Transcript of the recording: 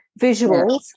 Visuals